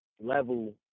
level